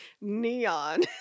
neon